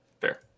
fair